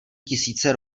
tisíce